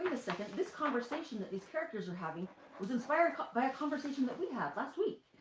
second. this conversation that these characters are having was inspired by a conversation that we had last week.